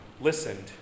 listened